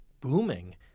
booming